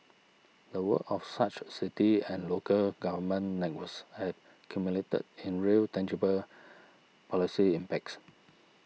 the work of such city and local government networks have cumulated in real tangible policy impacts